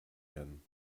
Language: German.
werden